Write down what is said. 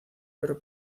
pero